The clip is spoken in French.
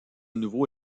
nouveau